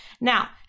Now